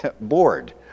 bored